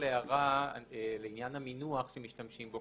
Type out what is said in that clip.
הערה לגבי המינוח שמשתמשים בו.